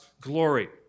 glory